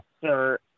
sir